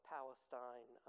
Palestine